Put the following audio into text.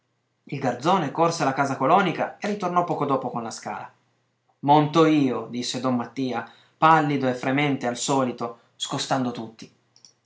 il garzone corse alla casa colonica e ritornò poco dopo con la scala monto io disse don mattia pallido e fremente al solito scostando tutti